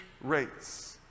rates